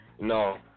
no